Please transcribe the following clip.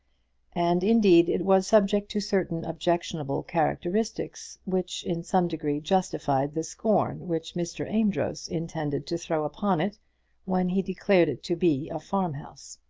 and, indeed, it was subject to certain objectionable characteristics which in some degree justified the scorn which mr. amedroz intended to throw upon it when he declared it to be a farmhouse.